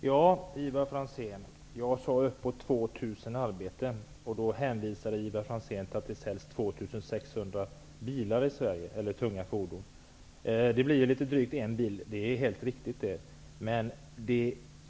Herr talman! Jag sade att det var uppåt 2 000 arbeten, och då hänvisade Ivar Franzén till att det säljs 2 600 tunga fordon i Sverige i dag. Det blir drygt en bil per person det är helt riktigt.